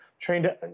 trained